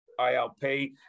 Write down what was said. ILP